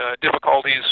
difficulties